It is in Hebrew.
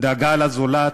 דאגה לזולת,